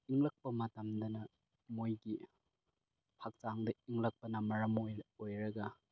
ꯏꯪꯂꯛꯄ ꯃꯇꯝꯗꯅ ꯃꯣꯏꯒꯤ ꯍꯛꯆꯥꯡꯗ ꯏꯪꯂꯛꯄꯅ ꯃꯔꯝ ꯑꯣꯏꯔꯒ